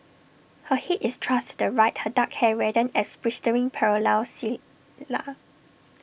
her Head is thrust to the right her dark hair rendered as bristling parallel cilia